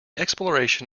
exploration